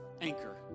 anchor